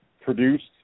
produced